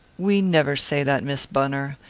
we never say that, miss bunner.